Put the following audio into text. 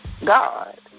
God